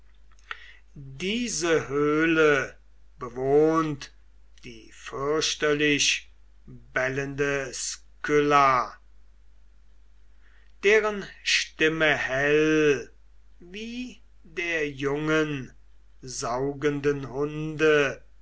diese höhle bewohnt die fürchterlich bellende skylla deren stimme hell wie der jungen saugenden hunde